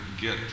get